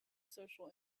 social